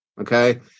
okay